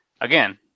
Again